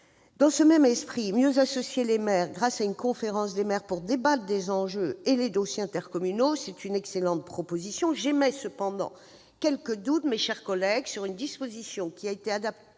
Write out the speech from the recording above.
Dans ce même esprit, mieux associer les maires grâce à une conférence des maires pour débattre des enjeux et des dossiers intercommunaux est une excellente proposition. J'émets cependant quelques doutes, mes chers collègues, sur une disposition adoptée